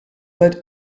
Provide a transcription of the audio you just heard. seid